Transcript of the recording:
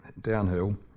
downhill